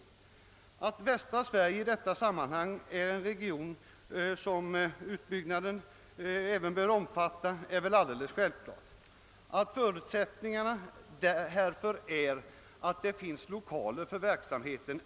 Det är väl alldeles självklart att västra Sverige i detta sammanhang är en region som bör omfattas av utbyggnaden. Det är väl lika självklart att en av förutsättningarna härför är att det finns lokaler för verksamheten.